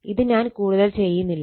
ഇത് ഞാൻ കൂടുതൽ ചെയ്യുന്നില്ല